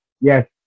Yes